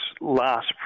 last